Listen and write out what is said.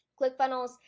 ClickFunnels